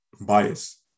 bias